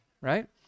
right